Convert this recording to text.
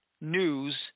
news